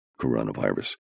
coronavirus